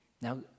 Now